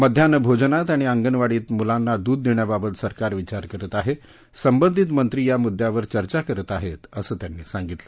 माध्यान्ह भोजनात आणि अंगणवाडीत मुलांना दूध देण्याबाबत सरकार विचार करत आहे संबधित मंत्री या मुद्दयावर चर्चा करत आहेत असं त्यांनी सांगितलं